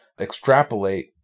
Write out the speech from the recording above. extrapolate